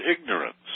ignorance